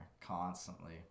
constantly